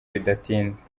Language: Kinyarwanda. bidatinze